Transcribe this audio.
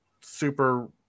super